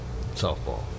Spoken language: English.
softball